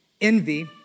envy